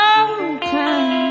open